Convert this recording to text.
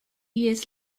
years